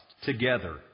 together